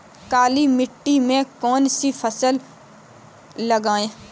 काली मिट्टी में कौन सी फसल लगाएँ?